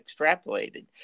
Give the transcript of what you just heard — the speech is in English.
extrapolated